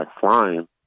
flying